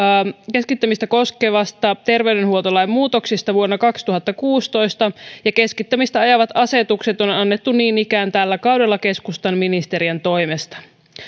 keskittämistä koskevista terveydenhuoltolain muutoksista vuonna kaksituhattakuusitoista ja keskittämistä ajavat asetukset on on annettu niin ikään tällä kaudella keskustan ministerien toimesta